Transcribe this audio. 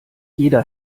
jeder